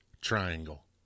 Triangle